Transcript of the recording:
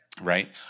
Right